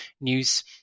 news